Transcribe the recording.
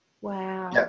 Wow